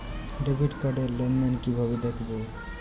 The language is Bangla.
ডেবিট কার্ড র লেনদেন কিভাবে দেখবো?